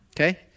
Okay